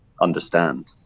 understand